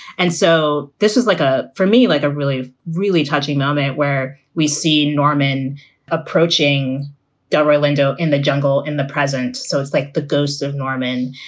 and so this is like a for me, like a really, really touching moment where we see norman approaching delroy lindo in the jungle in the present. so it's like the ghost of norman.